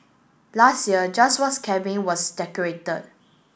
last year just once cabin was decorated